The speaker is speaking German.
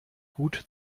gut